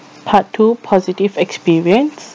part two positive experience